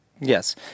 Yes